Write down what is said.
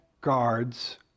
guards